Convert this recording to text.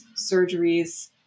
surgeries